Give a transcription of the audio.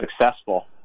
successful